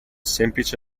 semplice